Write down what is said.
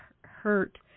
hurt